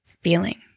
feeling